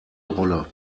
rolle